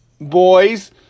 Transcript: boys